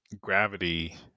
gravity